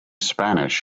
spanish